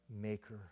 maker